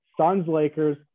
Suns-Lakers